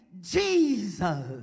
Jesus